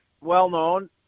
well-known